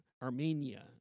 Armenia